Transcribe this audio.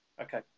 okay